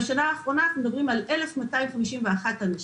בשנה האחרונה אנחנו מדברים על 1,251 אנשים,